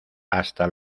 hasta